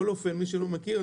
מי שלא מכיר,